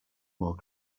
more